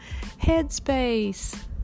Headspace